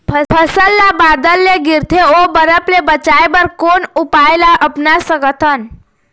फसल ला बादर ले गिरथे ओ बरफ ले बचाए बर कोन उपाय ला अपना सकथन?